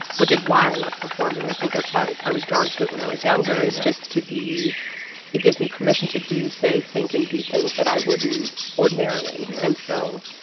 which is why i love performing. i think that's why i was drawn to it when i was younger. yeah. is just to be it gives me permission to do, say, think and be things that i wouldn't ordinarily yeah and so,